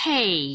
Hey